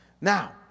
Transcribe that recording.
Now